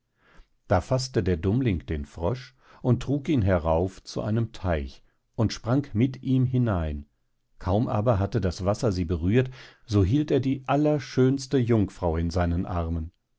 da faßte der dummling den frosch und trug ihn herauf zu einem teich und sprang mit ihm hinein kaum aber hatte das wasser sie berührt so hielt er die allerschönste jungfrau in seinen armen